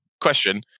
question